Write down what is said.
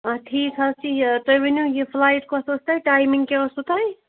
آ ٹھیٖک حظ چھُ یہِ تُہۍ ؤنِو یہِ فٕلایِٹ کۄس ٲس تۅہہِ ٹایِمِنٛگ کیٛاہ ٲسوٕ تۅہہِ